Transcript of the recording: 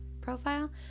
profile